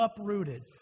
uprooted